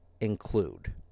include